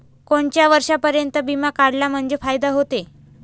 कोनच्या वर्षापर्यंत बिमा काढला म्हंजे फायदा व्हते?